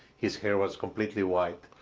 his hair was completely white.